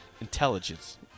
intelligence